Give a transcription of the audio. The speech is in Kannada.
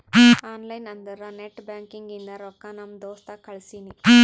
ಆನ್ಲೈನ್ ಅಂದುರ್ ನೆಟ್ ಬ್ಯಾಂಕಿಂಗ್ ಇಂದ ರೊಕ್ಕಾ ನಮ್ ದೋಸ್ತ್ ಕಳ್ಸಿನಿ